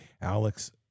Alex